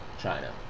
China